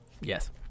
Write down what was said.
yes